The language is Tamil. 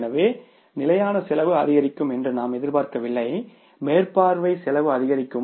எனவே நிலையான செலவு அதிகரிக்கும் என்று நாம் எதிர்பார்க்கவில்லை மேற்பார்வை செலவு அதிகரிக்கும்